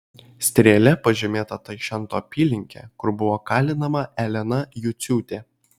strėle pažymėta taišeto apylinkė kur buvo kalinama elena juciūtė